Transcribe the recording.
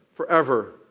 forever